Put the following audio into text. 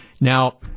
Now